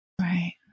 Right